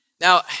Now